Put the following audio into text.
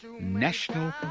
national